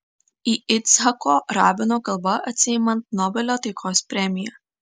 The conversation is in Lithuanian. yitzhako rabino kalba atsiimant nobelio taikos premiją